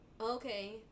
okay